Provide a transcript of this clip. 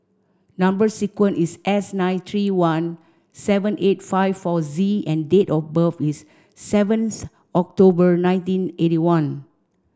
number sequence is S nine three one seven eight five four Z and date of birth is seventh October nineteen eighty one